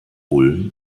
ulm